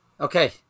Okay